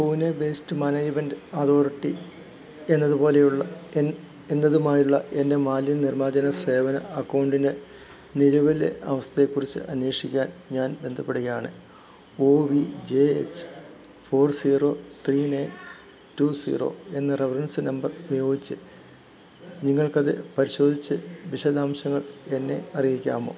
Pune waste management authority എന്നതുപോലെയുള്ള എന്നതുമായുള്ള എൻ്റെ മാലിന്യ നിർമാർജന സേവന അക്കൗണ്ടിൻ്റെ നിലവിലെ അവസ്ഥയെക്കുറിച്ച് അന്വേഷിക്കാൻ ഞാൻ ബന്ധപ്പെടുകയാണ് O V J H four zero three nine two zero എന്ന റഫറൻസ് നമ്പർ ഉപയോഗിച്ച് നിങ്ങൾക്കത് പരിശോധിച്ച് വിശദാംശങ്ങൾ എന്നെ അറിയിക്കാമോ